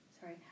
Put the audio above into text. Sorry